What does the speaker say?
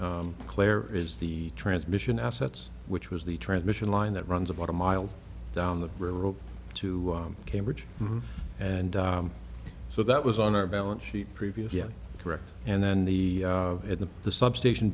be claire is the transmission assets which was the transmission line that runs about a mile down the road to cambridge and so that was on our balance sheet previous yes correct and then the at the the substation